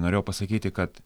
norėjau pasakyti kad